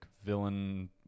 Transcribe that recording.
Villain